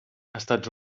estats